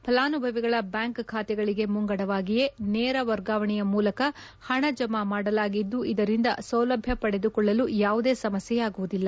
ಫಲಾನುಭವಿಗಳ ಬ್ಬಾಂಕ್ ಖಾತೆಗಳಿಗೆ ಮುಂಗಡವಾಗಿಯೇ ನೇರ ವರ್ಗಾವಣೆಯ ಮೂಲಕ ಪಣ ಜಮಾ ಮಾಡಲಾಗಿದ್ದು ಇದರಿಂದ ಸೌಲಭ್ಣ ಪಡೆದುಕೊಳ್ಳಲು ಯಾವುದೇ ಸಮಸ್ತೆಯಾಗುವುದಿಲ್ಲ